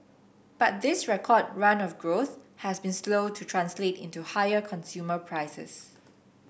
but this record run of growth has been slow to translate into higher consumer prices